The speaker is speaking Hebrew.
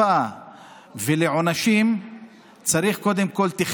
לפני זה היו במשרד הפנים,